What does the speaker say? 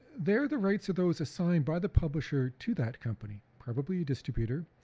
there, the rights of those assigned by the publisher to that company, probably a distributor,